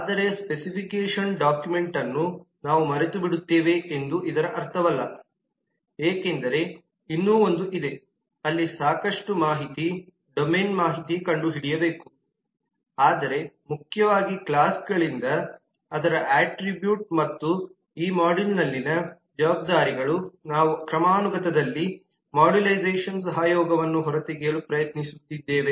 ಆದರೆ specification document ಅನ್ನು ನಾವು ಮರೆತುಬಿಡುತ್ತೇವೆ ಎಂದು ಇದರ ಅರ್ಥವಲ್ಲ ಏಕೆಂದರೆ ಇನ್ನೂ ಒಂದು ಇದೆ ಅಲ್ಲಿ ಸಾಕಷ್ಟು ಮಾಹಿತಿ ಡೊಮೇನ್ ಮಾಹಿತಿ ಕಂಡುಹಿಡಿಯಬೇಕು ಆದರೆ ಮುಖ್ಯವಾಗಿ ಕ್ಲಾಸ್ಗಳಿಂದ ಅದರ ಅಟ್ರಿಬ್ಯೂಟ್ ಮತ್ತು ಈ ಮಾಡ್ಯೂಲ್ನಲ್ಲಿನ ಜವಾಬ್ದಾರಿಗಳು ನಾವು ಕ್ರಮಾನುಗತದಲ್ಲಿ ಮಾಡ್ಯುಲರೈಸೇಶನ್ ಸಹಯೋಗವನ್ನು ಹೊರತೆಗೆಯಲು ಪ್ರಯತ್ನಿಸುತ್ತಿದ್ದೇವೆ